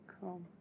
cool